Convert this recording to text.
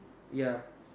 ya